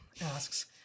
asks